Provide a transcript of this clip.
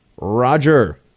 Roger